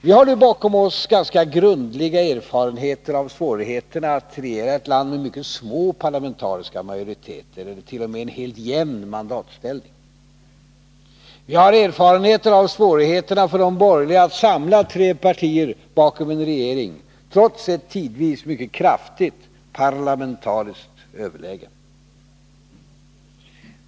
Vi har nu bakom oss ganska grundliga erfarenheter av svårigheterna att regera ett land med mycket små parlamentariska majoriteter eller t.o.m. en helt jämn mandatställning. Vi har erfarenheter av svårigheterna för de borgerliga att samla tre partier bakom en regering trots ett tidvis mycket kraftigt parlamentariskt överläge.